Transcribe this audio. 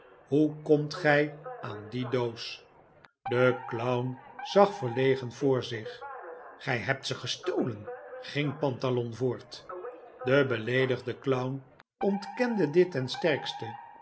hoe komt gij aan die doos de clown zag verlegen voor zich gij hebt ze gestolen ging pantalon voort de beleedigde clown ontkende dittensterkste en